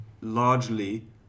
largely